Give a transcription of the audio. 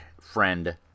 friend